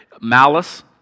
Malice